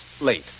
late